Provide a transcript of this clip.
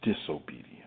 disobedience